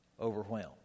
overwhelmed